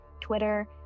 Twitter